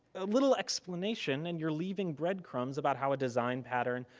a little explanation and you're leaving bread crumbs about how a design pattern,